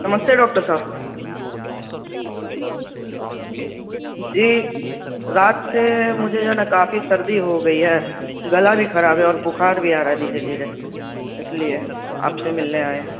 نمستے doctor صاحب جی رات سے مجھے جو ہے نا کافی سردی ہو گئی ہے گلا بھی خراب ہے اور بخار بھی آ رہا ہے دھیرے دھیرے اس لیے آپ سے ملنے آئے